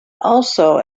also